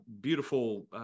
beautiful